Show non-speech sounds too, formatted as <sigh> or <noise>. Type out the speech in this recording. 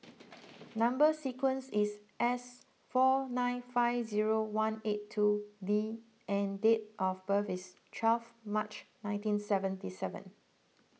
<noise> Number Sequence is S four nine five zero one eight two D and date of birth is twelve March nineteen seventy seven